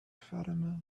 fatima